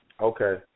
Okay